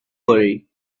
worry